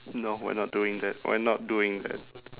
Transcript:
no we're not doing that we're not doing that